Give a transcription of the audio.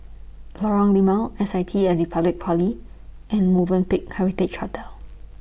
Lorong Limau S I T At Republic Poly and Movenpick Heritage Hotel